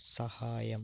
സഹായം